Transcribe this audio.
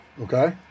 Okay